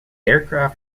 aircraft